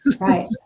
right